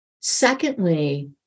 Secondly